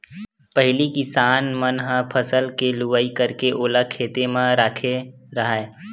पहिली किसान मन ह फसल के लुवई करके ओला खेते म राखे राहय